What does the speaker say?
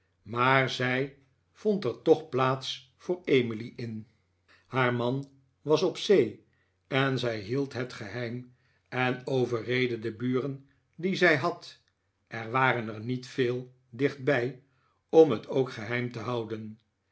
maar zij vond er toch plaats voor emily in haar man was op zee en zij hield het geheim en overreedde de buren die zij had er waren er niet veel dichtbij om het ook geheim te houden